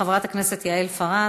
של חברת הכנסת יעל פארן.